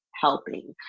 helping